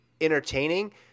entertaining